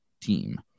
team